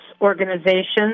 organizations